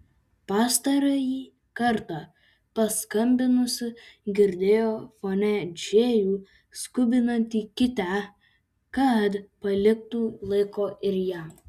pastarąjį kartą paskambinusi girdėjo fone džėjų skubinantį kitę kad paliktų laiko ir jam